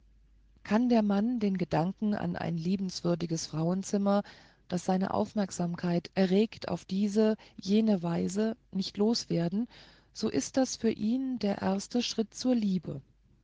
kann der mann den gedanken an ein liebenswürdiges frauenzimmer das seine aufmerksamkeit erregte auf diese jene weise nicht los werden so ist das für ihn der erste schritt zur liebe